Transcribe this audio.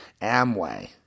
Amway